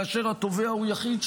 כאשר התובע הוא יחיד,